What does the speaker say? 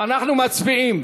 אנחנו מצביעים.